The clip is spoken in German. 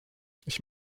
ich